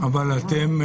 אבל אתם,